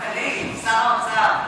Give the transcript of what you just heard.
אמרו שזה לא כלכלי.